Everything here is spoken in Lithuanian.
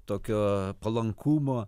tokio palankumo